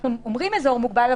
אנחנו מדברים על אזור מוגבל,